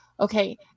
Okay